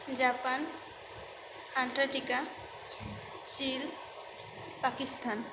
Japan Antarctica China Pakistan